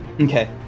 Okay